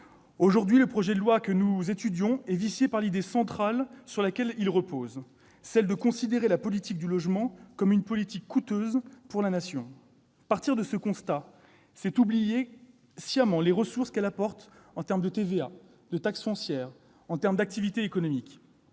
Aujourd'hui, le projet de loi que nous examinons est vicié par l'idée centrale sur laquelle il repose : celle qui consiste à considérer la politique du logement comme une politique coûteuse pour la Nation. Partir de ce constat, c'est oublier sciemment les ressources qu'elle apporte en termes de TVA, de taxe foncière et d'activité économique.